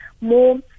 more